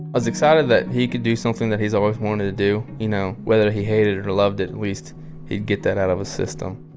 was excited that he could do something that he's always wanted to do. you know, whether he hated it or loved it, at least he'd get that out of his system.